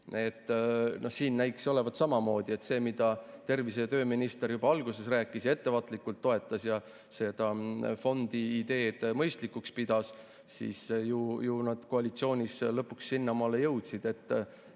Siin näikse olevat samamoodi, et see, mida tervise- ja tööminister juba alguses rääkis ja ettevaatlikult toetas, pidades fondiideed mõistlikuks – ju nad siis koalitsioonis lõpuks sinnamaale jõudsid,